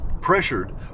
pressured